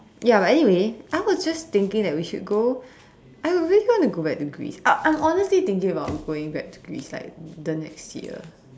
ya but anyway I was just thinking that we should go I would really want to go back to Greece uh uh I'm honestly thinking about going back to Greece like the next year